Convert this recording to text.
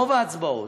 רוב ההצבעות,